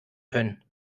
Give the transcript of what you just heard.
können